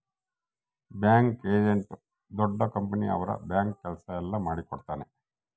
bank agent ದೊಡ್ಡ company ಅವ್ರ bank ಕೆಲ್ಸ ಎಲ್ಲ ಮಾಡಿಕೊಡ್ತನ